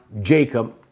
Jacob